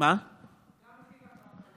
גם מחיר הקרקע לא יורד,